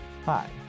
hi